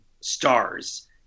Stars